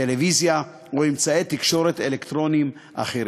טלוויזיה או אמצעי תקשורת אלקטרונית אחרים.